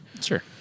Sure